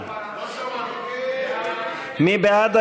יעקב פרי,